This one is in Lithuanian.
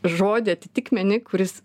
žodį atitikmenį kuris